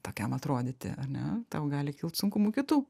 tokiam atrodyti ar ne tau gali kilt sunkumų kitų